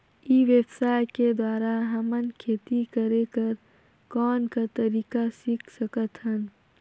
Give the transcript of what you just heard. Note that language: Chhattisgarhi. ई व्यवसाय के द्वारा हमन खेती करे कर कौन का तरीका सीख सकत हन?